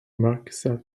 marquessate